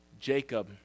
Jacob